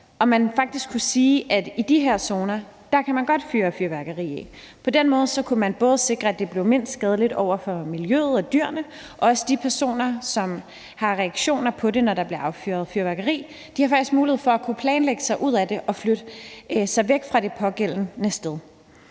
om man faktisk kunne sige, at i de her zoner kan man godt fyre fyrværkeri af. På den måde kunne man sikre, at det var mindst skadeligt for både miljøet, dyrene og også for de personer, som reagerer negativt, når der bliver affyret fyrværkeri. De ville faktisk have mulighed for at kunne planlægge sig ud af det og flytte sig væk fra det pågældende sted.